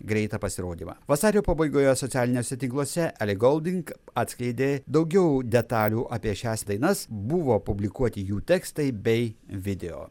greitą pasirodymą vasario pabaigoje socialiniuose tinkluose ele golding atskleidė daugiau detalių apie šias dainas buvo publikuoti jų tekstai bei video